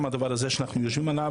גם הנושא הזה בו אנחנו דנים עכשיו,